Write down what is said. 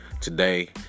Today